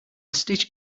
stitch